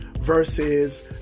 versus